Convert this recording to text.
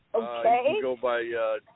Okay